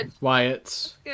Wyatt's